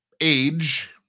age